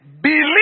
believe